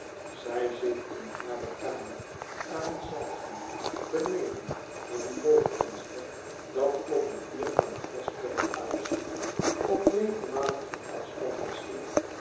zij zit in hare kamer aan een zijgang beneden met een boogvenster dat op een vierkant grasperk uitziet op regelmatigen afstand versierd